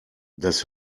das